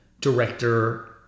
director